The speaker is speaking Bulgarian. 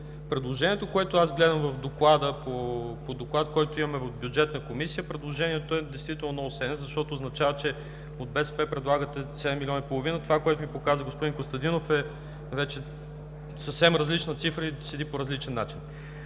предложението, което аз гледам в доклада, който имаме от Бюджетната комисия, действително е нонсенс, защото означава, че от БСП предлагате 7,5 милиона. Това, което ми показа господин Костадинов, е съвсем различна цифра и седи по различен начин.